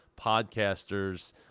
podcasters